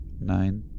Nine